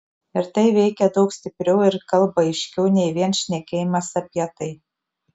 ir tai veikia daug stipriau ir kalba aiškiau nei vien šnekėjimas apie tai